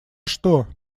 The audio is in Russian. что